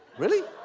really?